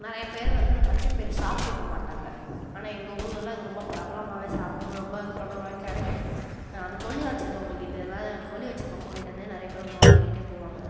நிறையா பேர் வந்து இந்த பச்சை பயிறு சாப்பிட்ருக்க மாட்டாங்க ஆனால் எங்கள் ஊர்லலாம் இது ரொம்ப பிரபலமாகவே சாப் ரொம்ப பிரபலமாகவே கிடைக்கும் அது வச்சிருக்கவங்க கிட்ட தான் வச்சிருக்கவங்ககிட்டேந்து நிறைய பேர் வந்து வாங்கிக்கிட்டே போவாங்க